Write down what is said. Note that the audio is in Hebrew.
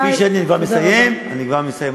אני כבר מסיים, אני כבר מסיים.